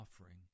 offering